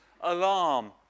alarm